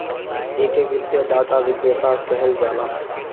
एके वित्तीय डाटा विक्रेता कहल जाला